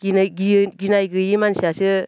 गिनाय गैयै गिनाय गैयै मानसियासो